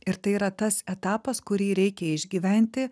ir tai yra tas etapas kurį reikia išgyventi